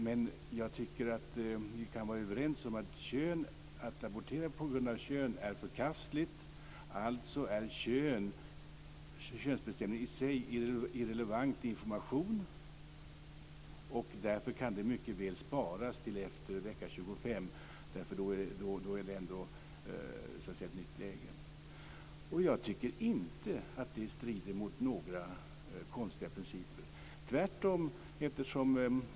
Men jag tycker att vi kan vara överens om att abortera på grund av kön är förkastligt; alltså är könsbestämning i sig irrelevant information, och därför kan den mycket väl sparas till efter vecka 25, därför att då är det ändå så att säga ett nytt läge. Jag tycker inte att det strider mot några konstiga principer, tvärtom.